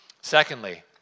Secondly